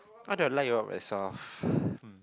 i don't like you're very soft hmm